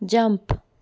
jump